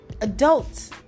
adults